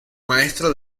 maestro